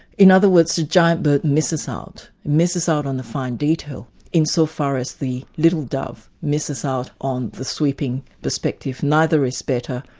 in other words, the giant bird misses out, misses out on the fine detail insofar as the little dove misses out on the sweeping perspective neither is better,